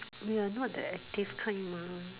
we are not the active kind mah